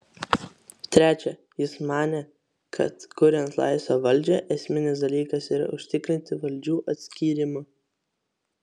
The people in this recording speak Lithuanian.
trečia jis manė kad kuriant laisvą valdžią esminis dalykas yra užtikrinti valdžių atskyrimą